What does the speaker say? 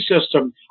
system